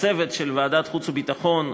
לצוות של ועדת החוץ והביטחון,